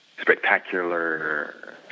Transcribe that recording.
spectacular